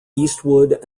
eastwood